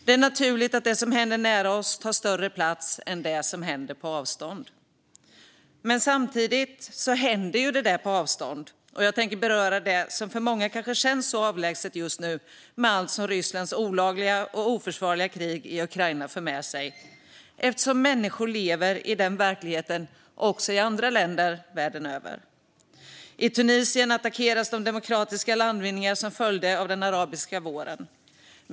Det är naturligt att det som händer nära oss tar större plats än det som händer på avstånd. Men samtidigt händer ju det där på avstånd, och jag tänker beröra det som för många kanske känns avlägset just nu med tanke på allt som Rysslands olagliga och oförsvarliga krig i Ukraina för med sig. Men människor lever i en sådan verklighet också i andra länder världen över. I Tunisien attackeras de demokratiska landvinningar som följde av den arabiska våren.